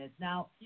Now